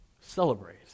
celebrate